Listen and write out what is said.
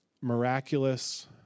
miraculous